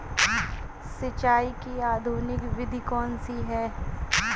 सिंचाई की आधुनिक विधि कौनसी हैं?